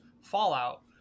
fallout